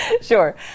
Sure